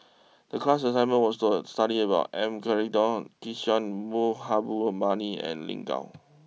the class assignment was to study about M Karthigesu Kishore Mahbubani and Lin Gao